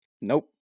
Nope